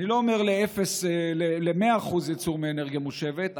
אני לא אומר ל-100% ייצור מאנרגיה מושבת,